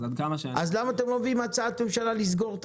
אז למה אתם לא מביאים הצעת ממשלה לסגור את